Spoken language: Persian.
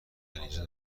اینجا